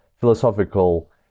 philosophical